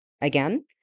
again